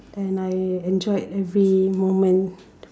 and I enjoyed every moment